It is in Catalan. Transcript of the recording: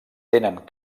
tenen